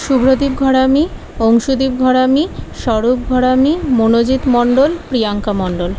Subhradeep Gharami Anshudev Gharami Swarup Gharami Manojit Mondal Priyanka Mondal